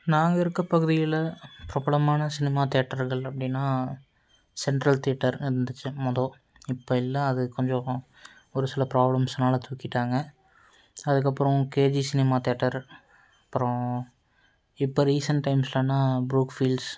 நாங்கள் இருக்க பகுதியில் பிரபலமான சினிமா தேட்டர்கள் அப்படின்னா சென்ட்ரல் தேட்டர் இருந்துச்சு மொத இப்போ இல்லை அது கொஞ்சம் ஒரு சில ப்ராப்ளம்ஸ்னால தூக்கிவிட்டாங்க அதுக்கப்புறம் கே ஜி சினிமா தேட்டர் அப்புறம் இப்போ ரீசண்ட் டைம்ஸ்லனா ப்ரூக்ஃபீல்ட்ஸ்